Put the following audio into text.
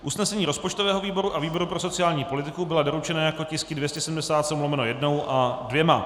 Usnesení rozpočtového výboru a výboru pro sociální politiku byla doručena jako tisky 277/1 a 2.